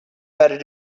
better